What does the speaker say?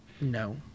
No